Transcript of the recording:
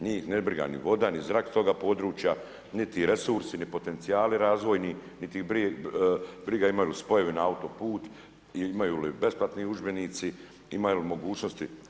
Njih nije briga ni voda, niti zrak toga područja, niti resursi, niti potencijali razvojni, niti ih briga imaju li spojevi na autoput, imaju li besplatni udžbenici, imaju li mogućnosti.